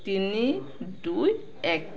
তিনি দুই এক